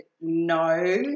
no